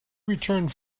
returned